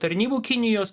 tarnybų kinijos